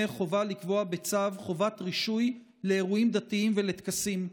חובה לקבוע בצו חובת רישוי לאירועים דתיים ולטקסים,